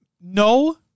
No